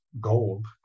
gold